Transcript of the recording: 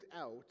out